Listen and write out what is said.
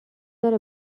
داره